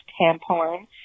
tampon